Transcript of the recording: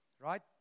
right